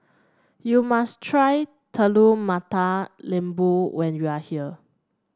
you must try Telur Mata Lembu when you are here